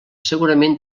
segurament